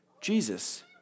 Jesus